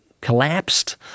collapsed